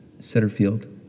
Setterfield